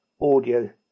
audio